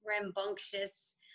rambunctious